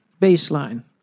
baseline